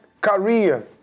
career